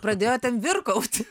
pradėjo ten virkauti